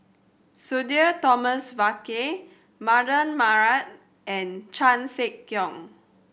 Sudhir Thomas Vadaketh Mardan Mamat and Chan Sek Keong